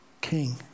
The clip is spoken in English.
king